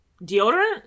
Deodorant